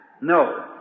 No